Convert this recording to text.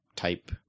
type